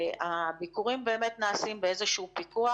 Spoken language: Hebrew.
והביקורים באמת נעשים באיזשהו פיקוח.